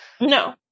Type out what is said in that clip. No